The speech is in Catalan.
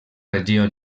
regió